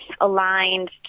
aligned